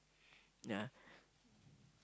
yeah